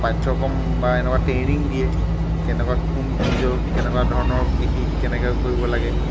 পাঠ্যক্ৰম বা এনেকুৱা ট্ৰেইনিং দিয়ে কেনেকুৱা কোন বীজৰ কেনেকুৱা ধৰণৰ কৃষি কেনেকুৱা কৰিব লাগে